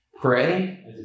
Pray